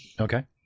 Okay